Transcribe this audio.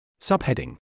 Subheading